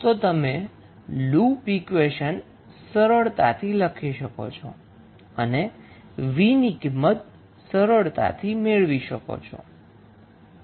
તો તમે loop equation સરળત્તાથી લખી શકો છો અને v ની કિંમત સરળતાથી મેળવી શકો છો